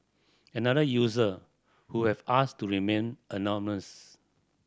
another user who have asked to remain anonymous